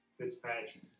Fitzpatrick